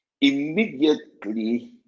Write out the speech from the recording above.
immediately